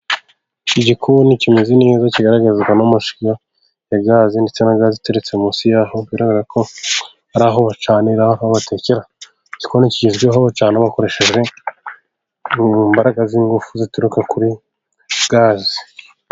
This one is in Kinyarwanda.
Igikoni kimeze neza, kigaragazwa n'amashyiga ya gaze ndetse na gaze iteretse munsi yaho, bigaragara ko hari aho bacanira, aho batekera, igikoni kigezweho bacana bakoresheje mu mbaraga z'ingufu zituruka kuri gaze.